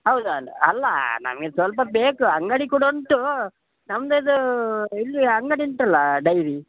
ಹೌದು ಹೌದು ಅಲ್ಲ ನಂಗೆ ಸ್ವಲ್ಪ ಬೇಕು ಅಂಗಡಿ ಕೂಡ ಉಂಟು ನಮ್ದು ಇದೂ ಇಲ್ಲಿ ಅಂಗಡಿ ಉಂಟಲ್ಲ ಡೈರಿ